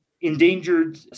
endangered